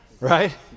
Right